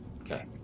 Okay